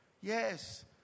yes